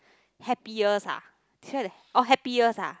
happiest ah orh happiest ah